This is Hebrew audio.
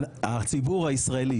הציבור הישראלי,